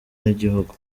n’igihugu